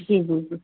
جی جی جی